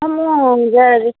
ହଁ ମୁଁ ଯାଏ ଆଜି